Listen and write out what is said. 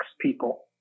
people